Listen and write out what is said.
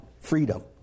freedom